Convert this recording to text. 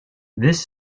this